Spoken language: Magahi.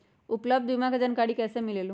उपलब्ध बीमा के जानकारी कैसे मिलेलु?